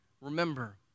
Remember